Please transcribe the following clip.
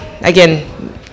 again